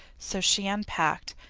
so she unpacked,